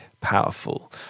powerful